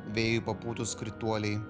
vėjui papūtus krituoliai